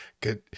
good